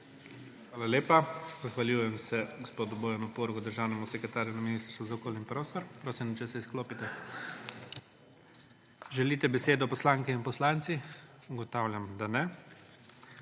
Hvala lepa. Zahvaljujem se gospodu Bojanu Purgu, državnemu sekretarju na Ministrstvu za okolje in prostor. Prosim, če se izklopite. Želite besedo poslanke in poslanci? (Ne.) Ugotavljam, da ne.